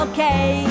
Okay